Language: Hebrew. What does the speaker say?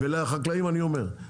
לחקלאים אני אומר,